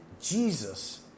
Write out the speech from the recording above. Jesus